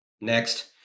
next